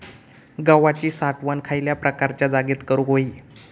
गव्हाची साठवण खयल्या प्रकारच्या जागेत करू होई?